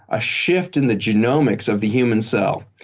a shift in the genomics of the human cell.